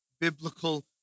biblical